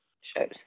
shows